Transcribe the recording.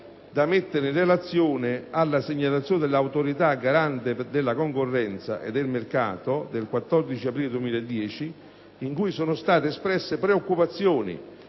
da mettere in relazione alla segnalazione dell'Autorità garante della concorrenza e del mercato del 14 aprile 2010, in cui sono state espresse preoccupazioni